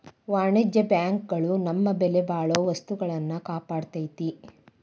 ವಾಣಿಜ್ಯ ಬ್ಯಾಂಕ್ ಗಳು ನಮ್ಮ ಬೆಲೆಬಾಳೊ ವಸ್ತುಗಳ್ನ ಕಾಪಾಡ್ತೆತಿ